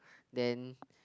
then